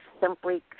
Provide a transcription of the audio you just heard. simply